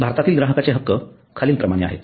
भारतातील ग्राहकांचे हक्क खालीलप्रमाणे आहेत